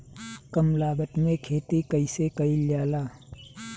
कम लागत में खेती कइसे कइल जाला?